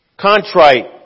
Contrite